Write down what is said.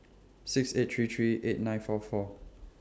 six eight three three eight nine four four